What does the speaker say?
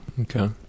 Okay